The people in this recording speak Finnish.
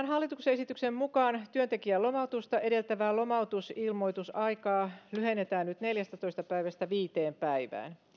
hallituksen esityksen mukaan työntekijän lomautusta edeltävää lomautusilmoitusaikaa lyhennetään nyt neljästätoista päivästä viiteen päivään